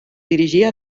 dirigia